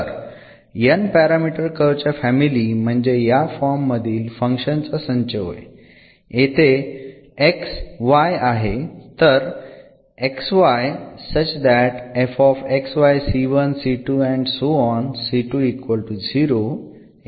तर n parameter curve च्या family म्हणजे या फॉर्म मधील फंक्शन्स चा संच होय येथे x y आहे तर यामध्ये फंक्शन